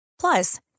Plus